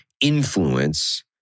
influence